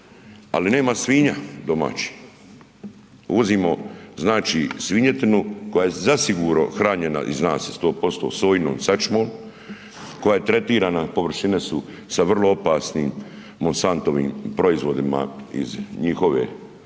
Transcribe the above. ali nema svinja domaćih, uvozimo znači svinjetinu koja je zasigurno hranjena i zna se 100% sojinom sačmom koja je tretirana, površine su sa vrlo opasnim Monsantovim proizvodima iz njihove znači